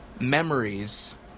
memories